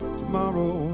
tomorrow